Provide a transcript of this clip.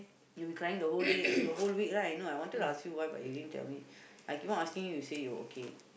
you've been crying the whole day the whole week right no I wanted to ask you why but you didn't tell me I keep on asking you you say you were okay